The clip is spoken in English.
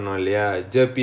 oh